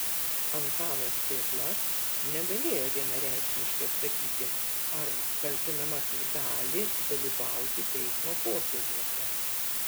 antanas cėpla negalėjo vienareikšmiškai atsakyti ar kaltinamasis gali dalyvauti teismo posėdžiuose